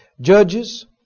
Judges